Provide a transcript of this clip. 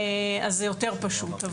אז זה יותר פשוט.